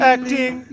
Acting